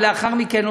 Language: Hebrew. ולאחר מכן,